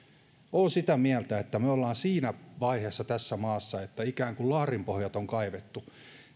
olen sitä mieltä että me olemme siinä vaiheessa tässä maassa että ikään kuin laarin pohjat on kaivettu